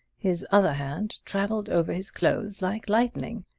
his other hand traveled over his clothes like lightning.